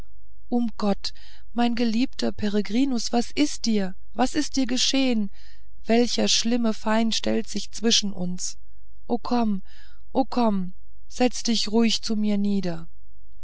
um gott mein geliebter peregrinus was ist dir was ist dir geschehen welcher schlimme feind stellt sich zwischen uns o komm o komm setze dich ruhig zu mir nieder